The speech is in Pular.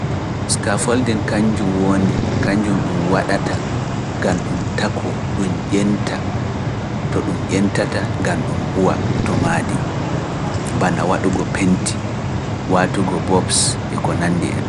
Sukafpl kañjum woni ɗum waɗata, gam ɗum tako, ɗum ƴenta, to ɗum ƴentata, gan ɗum huwa to maadi, bana waɗugo penti, waatugo bobs e ko nanndi en.